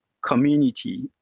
community